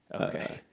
Okay